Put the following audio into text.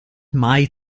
mai